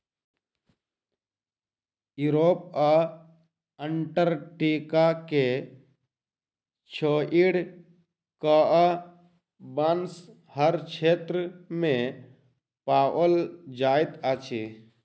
Europe आ Antarctica के छोइड़ कअ, बांस हर क्षेत्र में पाओल जाइत अछि